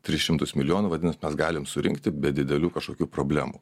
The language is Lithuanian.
tris šimtus milijonų vadinas mes galime surinkti be didelių kažkokių problemų